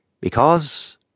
Because